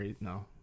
no